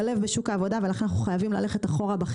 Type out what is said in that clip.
מגילאים צעירים ועד גילאים מבוגרים.